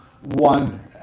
one